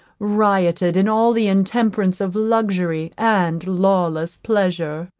rioted in all the intemperance of luxury and lawless pleasure.